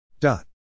Dot